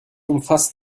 umfasst